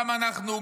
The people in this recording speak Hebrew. גם אנחנו,